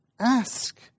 Ask